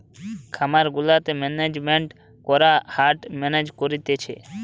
খামার গুলাতে ম্যানেজমেন্ট করে হার্ড মেনেজ করতিছে